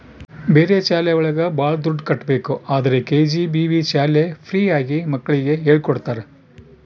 ಬೇರೆ ಶಾಲೆ ಒಳಗ ಭಾಳ ದುಡ್ಡು ಕಟ್ಬೇಕು ಆದ್ರೆ ಕೆ.ಜಿ.ಬಿ.ವಿ ಶಾಲೆ ಫ್ರೀ ಆಗಿ ಮಕ್ಳಿಗೆ ಹೇಳ್ಕೊಡ್ತರ